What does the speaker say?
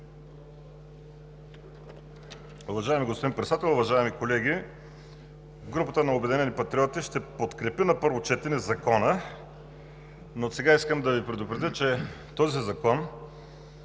Уважаеми господин Председател, уважаеми колеги! Групата на „Обединени патриоти“ ще подкрепи на първо четене Закона, но отсега искам да Ви предупредя, че този закон